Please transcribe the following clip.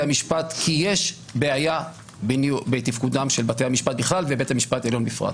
המשפט כי יש בעיה בתפקודם של בתי המשפט בכלל ובית משפט עליון בפרט.